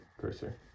cursor